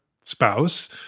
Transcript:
spouse